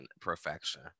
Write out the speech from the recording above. perfection